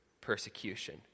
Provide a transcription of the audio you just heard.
persecution